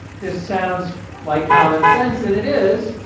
this sounds like common sense, and it is,